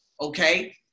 Okay